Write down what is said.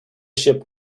ship